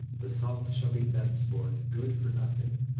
the salt shall be thenceforth good for nothing,